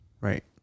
right